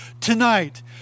tonight